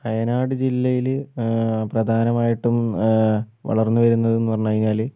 വയനാട് ജില്ലയില് പ്രധാനമായിട്ടും വളർന്നുവരുന്നത് എന്ന് പറഞ്ഞ് കഴിഞ്ഞാല്